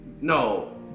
no